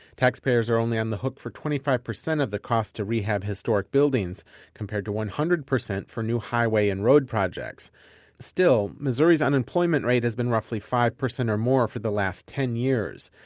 taxpayers are only on the hook for twenty five percent of the cost to rehab historic buildings compared to one hundred percent for new highway and road projects still, missouri's unemployment rate has been roughly five percent or more for the last ten years.